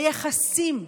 ביחסים.